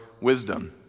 wisdom